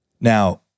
Now